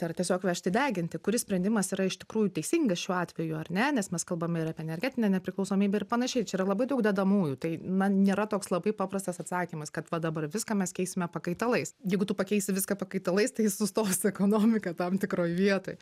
ar tiesiog vežti deginti kuris sprendimas yra iš tikrųjų teisingas šiuo atveju ar ne nes mes kalbam ir apie energetinę nepriklausomybę ir panašiai čia yra labai daug dedamųjų tai na nėra toks labai paprastas atsakymas kad va dabar viską mes keisime pakaitalais jeigu tu pakeisi viską pakaitalais tai sustos ekonomika tam tikroj vietoj